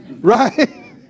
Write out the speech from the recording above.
Right